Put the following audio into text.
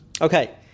Okay